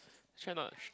actually I not sure